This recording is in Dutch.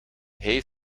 hij